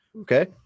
Okay